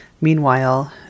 Meanwhile